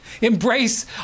embrace